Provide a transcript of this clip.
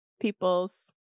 people's